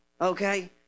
okay